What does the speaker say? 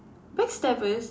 backstabbers